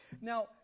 Now